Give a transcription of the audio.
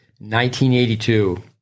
1982